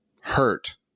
hurt